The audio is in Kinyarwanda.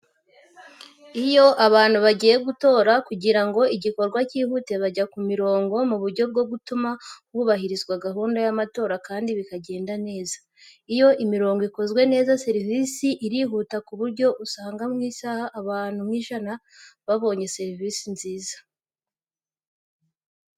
Iyo abantu bagiye gutora kugira ngo igikorwa cyihute bajya ku mirongo mu buryo bwo gutuma hubarizwa gahunda y'amatora kandi bikagenda neza. Iyo imirongo ikozwe neza serivisi irihuta ku buryo usanga mu isaha abantu nk'ijana babonye serivisi nziza.